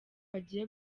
bagiye